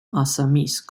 assamese